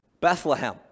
Bethlehem